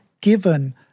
given